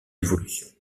évolution